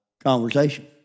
Conversation